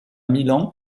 milan